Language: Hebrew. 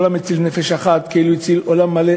"כל המציל נפש אחת כאילו הציל עולם מלא",